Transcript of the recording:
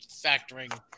factoring